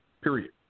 Period